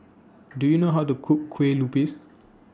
Do YOU know How to Cook Kueh Lupis